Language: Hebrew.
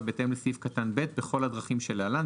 בהתאם לסעיף קטן (ב) בכל הדרכים שלהלן".